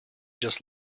just